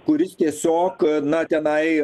kuris tiesiog na tenai